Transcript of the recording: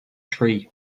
tree